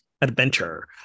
adventure